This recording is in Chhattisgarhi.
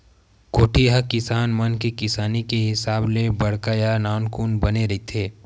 कोठी ह किसान मन के किसानी के हिसाब ले बड़का या नानकुन बने रहिथे